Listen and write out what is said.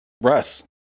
russ